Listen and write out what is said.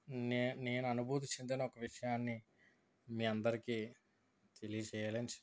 నే నేను అనుభూతి చెందిన ఒక విషయాన్ని మీ అందరికి తెలియచేయాలని చే